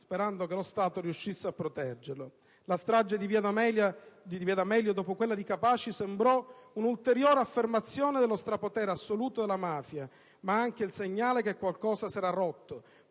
sperando che lo Stato riuscisse a proteggerlo. La strage di via d'Amelio, dopo quella di Capaci, sembrò un'ulteriore affermazione dello strapotere assoluto della mafia, ma anche il segnale che qualcosa s'era rotto,